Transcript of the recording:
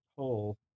hole